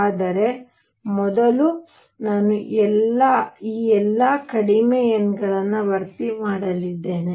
ಆದರೆ ಮೊದಲು ನಾನು ಈ ಎಲ್ಲ ಕಡಿಮೆ n ಗಳನ್ನು ಭರ್ತಿ ಮಾಡಲಿದ್ದೇನೆ